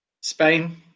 Spain